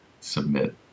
submit